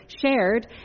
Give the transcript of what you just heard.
shared